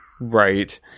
Right